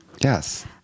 Yes